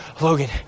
Logan